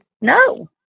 No